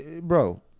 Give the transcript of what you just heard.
bro